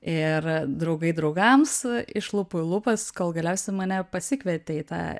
ir draugai draugams iš lūpų į lūpas kol galiausiai mane pasikvietė į tą